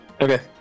Okay